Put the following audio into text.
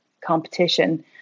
competition